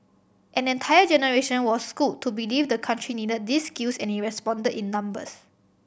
an entire generation was schooled to believe the country needed these skills and it responded in numbers